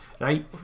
right